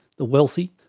the wealthy,